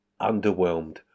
underwhelmed